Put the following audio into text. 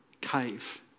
cave